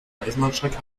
eisenbahnstrecke